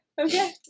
Okay